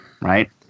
Right